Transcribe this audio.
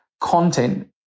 content